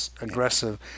aggressive